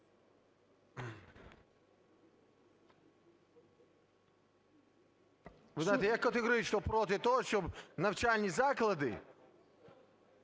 Ви знаєте, я категорично проти того, щоб навчальні заклади